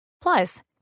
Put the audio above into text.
Plus